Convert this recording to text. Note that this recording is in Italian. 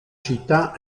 città